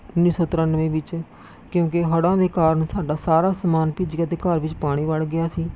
ਉਨ੍ਹੀ ਸੌ ਤ੍ਰਿਆਨਵੇਂ ਵਿੱਚ ਕਿਉਂਕਿ ਹੜ੍ਹਾਂ ਦੇ ਕਾਰਨ ਸਾਡਾ ਸਾਰਾ ਸਮਾਨ ਭਿੱਜ ਗਿਆ ਅਤੇ ਘਰ ਵਿੱਚ ਪਾਣੀ ਵੜ ਗਿਆ ਸੀ